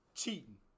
cheating